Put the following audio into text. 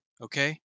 Okay